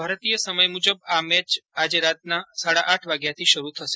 ભારતીય સમય મુજબ આ મેચ આજે રાતના સાડા આઠ વાગ્યાથી શરૂ થશે